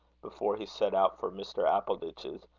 before he set out for mr. appleditch's,